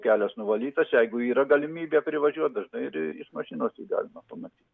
kelias nuvalytas jeigu yra galimybė privažiuot dažnai ir iš mašinos jį galima pamatyt